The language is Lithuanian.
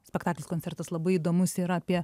spektaklis koncertas labai įdomus yra apie